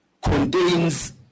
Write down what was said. contains